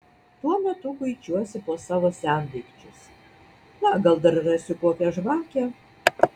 tuo metu kuičiuosi po savo sendaikčius na gal dar rasiu kokią žvakę